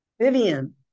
Vivian